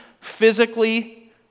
Physically